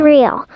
Real